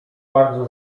bardzo